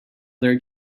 their